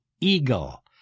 eagle